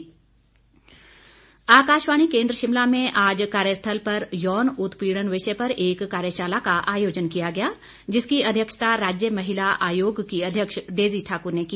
कार्यशाला आकाशवाणी केंद्र शिमला में आज कार्यस्थल पर यौन उत्पीड़न विषय पर एक कार्यशाला का आयोजन किया गया जिसकी अध्यक्षता राज्य महिला आयोग की अध्यक्ष डेजी ठाकुर ने की